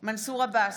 בהצבעה מנסור עבאס,